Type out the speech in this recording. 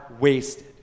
wasted